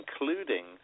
including